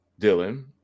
Dylan